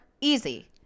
Easy